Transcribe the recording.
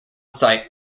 site